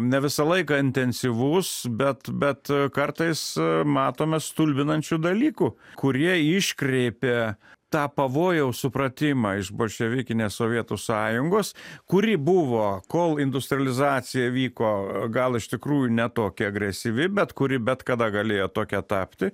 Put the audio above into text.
ne visą laiką intensyvus bet bet kartais matome stulbinančių dalykų kurie iškreipė tą pavojaus supratimą iš bolševikinės sovietų sąjungos kuri buvo kol industrializacija vyko gal iš tikrųjų ne tokia agresyvi bet kuri bet kada galėjo tokia tapti